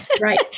Right